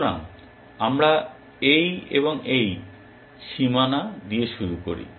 সুতরাং আমরা এই এবং এই সীমানা দিয়ে শুরু করি